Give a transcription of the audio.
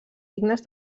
dignes